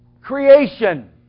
Creation